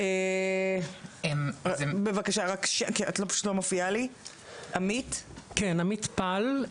בבקשה, עמית פל.